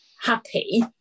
happy